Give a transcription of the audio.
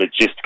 logistical